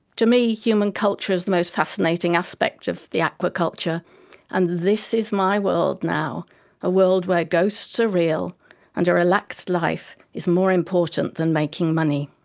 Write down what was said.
to me, human culture is the most fascinating aspect of the aquaculture and this is my world now a world where ghosts are real and a relaxed life is more important than making money.